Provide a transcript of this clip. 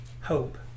hope